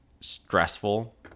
stressful